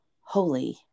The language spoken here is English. holy